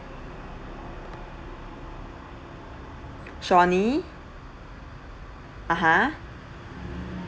shawnie (uh huh)